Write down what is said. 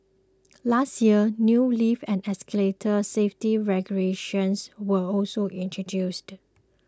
last year new lift and escalator safety regulations were also introduced